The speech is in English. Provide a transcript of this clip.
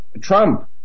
Trump